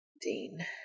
Dean